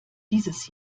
dieses